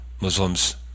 Muslims